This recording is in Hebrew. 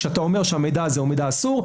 כשאתה אומר שהמידע הזה הוא מידע אסור,